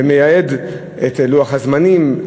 ומייעד את לוח הזמנים,